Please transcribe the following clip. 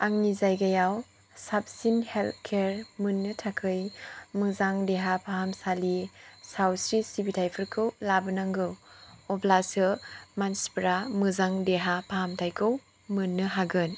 आंनि जायगायाव साबसिन हेल्ड केयार मोननो थाखाय मोजां देहा फाहामसालि सावस्रि सिबिथायफोरखौ लाबोनांगौ अब्लासो मानसिफ्रा मोजां देहा फाहामथायखौ मोननो हागोन